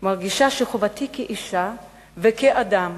מרגישה שחובתי כאשה וכאדם